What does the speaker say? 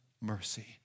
mercy